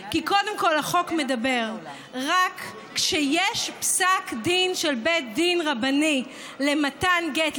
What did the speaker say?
כי קודם כול החוק מדבר רק מצב שיש פסק דין של בית דין רבני למתן גט,